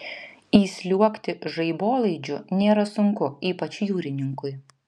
įsliuogti žaibolaidžiu nėra sunku ypač jūrininkui